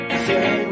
say